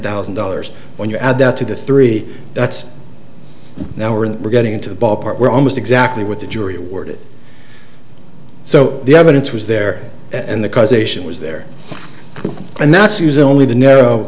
thousand dollars when you add that to the three that's now we're we're getting into the ballpark we're almost exactly what the jury awarded so the evidence was there and the causation was there and that's using only the narrow